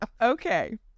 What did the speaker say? Okay